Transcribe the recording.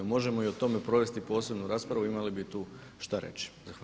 Možemo o tome provesti posebnu raspravu imali bi tu šta reći.